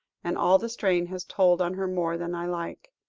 and all the strain has told on her more than i like.